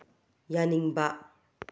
ꯌꯥꯅꯤꯡꯕ